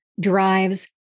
drives